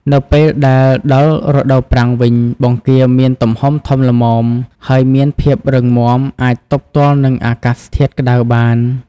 នៅពេលដែលដល់រដូវប្រាំងវិញ បង្គាមានទំហំធំល្មម ហើយមានភាពរឹងមាំអាចទប់ទល់នឹងអាកាសធាតុក្ដៅបាន។